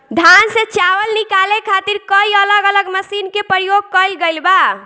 धान से चावल निकाले खातिर कई अलग अलग मशीन के प्रयोग कईल गईल बा